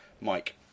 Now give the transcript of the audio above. Mike